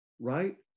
right